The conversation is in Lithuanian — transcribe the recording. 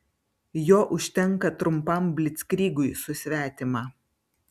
jo užtenka trumpam blickrygui su svetima